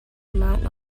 amount